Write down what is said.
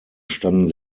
standen